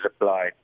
applied